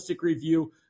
review